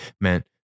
meant